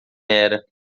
era